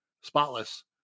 spotless